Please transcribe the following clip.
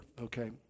okay